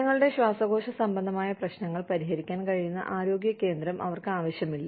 ജനങ്ങളുടെ ശ്വാസകോശ സംബന്ധമായ പ്രശ്നങ്ങൾ പരിഹരിക്കാൻ കഴിയുന്ന ആരോഗ്യ കേന്ദ്രം അവർക്ക് ആവശ്യമില്ല